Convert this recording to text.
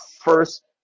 first